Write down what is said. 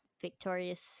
victorious